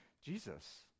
Jesus